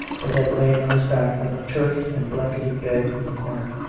but had lain on his back on the turfed and blanketed bed in the corner,